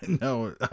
No